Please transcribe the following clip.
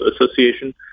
Association